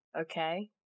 Okay